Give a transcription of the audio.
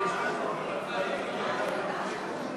התשע"ו 2015, לוועדת הפנים והגנת הסביבה נתקבלה.